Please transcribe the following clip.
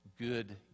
good